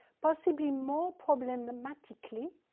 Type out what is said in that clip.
possibly more problematically,